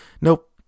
Nope